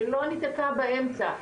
שלא נתקע באמצע,